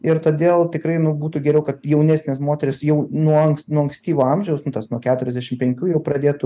ir todėl tikrai nu būtų geriau kad jaunesnės moterys jau nuo anks nuo ankstyvo amžiaus nuo keturiasdešim penkių jau pradėtų